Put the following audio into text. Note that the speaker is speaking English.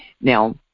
Now